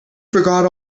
forgot